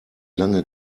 lange